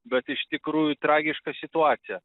bet iš tikrųjų tragiška situacija